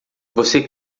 você